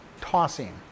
tossing